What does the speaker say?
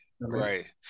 Right